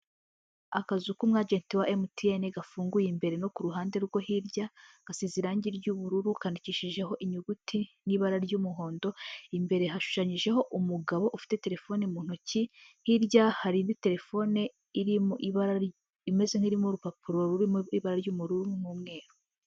Akazu k'umu agenti wa MTN gafunguye imbere no ku ruhande rwo hirya gasize irangi ry'ubururu, kandikishijeho inyuguti n'ibara ry'umuhondo, imbere hashushanyijeho umugabo ufite telefoni mu ntoki, hirya hari indi telefone iri mu ibara imeze nk'irimo urupapuro ruririmo ibara ry'ubururu n'umweru.